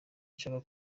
nshaka